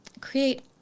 create